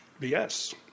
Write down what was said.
BS